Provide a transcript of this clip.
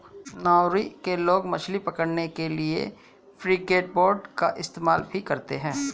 Nauru के लोग मछली पकड़ने के लिए फ्रिगेटबर्ड का इस्तेमाल भी करते हैं